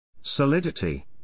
Solidity